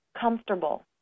comfortable